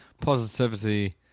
positivity